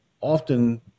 often